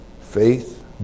faith